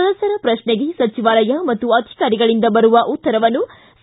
ಸದಸ್ಕರ ಪ್ರಶ್ನೆಗೆ ಸಚಿವಾಲಯ ಮತ್ತು ಅಧಿಕಾರಿಗಳಿಂದ ಬರುವ ಉತ್ತರವನ್ನು ಸಿ